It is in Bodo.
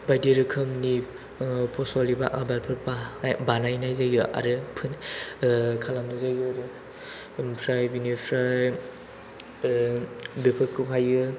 बायदि रोखोमनि फसल एबा आबादफोर बानायनाय जायो आरो खालामनाय जायो आरो ओमफ्राय बिनिफ्राय बेफोरखौहाय